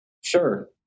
Sure